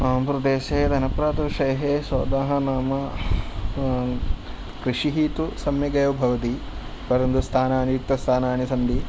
मम प्रदेशे धनप्राप्त विषये स्वतः नाम कृषिः तु सम्यक् एव भवति परन्तु स्थानानि रिक्तस्थानानि सन्ति